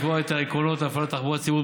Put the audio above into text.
היא לקבוע את העקרונות להפעלת תחבורה ציבורית